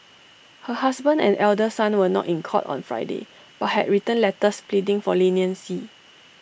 her husband and elder son were not in court on Friday but had written letters pleading for leniency